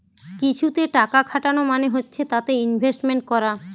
কিছুতে টাকা খাটানো মানে হচ্ছে তাতে ইনভেস্টমেন্ট করা